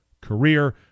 career